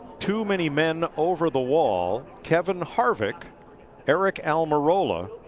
too many men over the wall. kevin haaric haaric almirola,